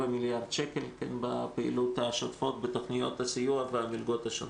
מיליארד שקל בפעילויות השוטפות בתוכניות הסיוע והמלגות השונות.